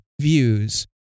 views